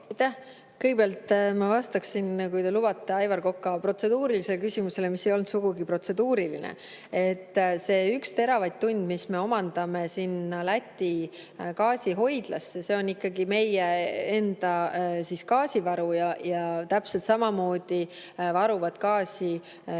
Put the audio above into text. Kõigepealt ma vastaksin, kui te lubate, Aivar Koka protseduurilisele küsimusele, mis ei olnud sugugi protseduuriline. See üks teravatt-tund, mis me omandame sinna Läti gaasihoidlasse, see on ikkagi meie enda gaasivaru. Ja täpselt samamoodi varuvad gaasi ka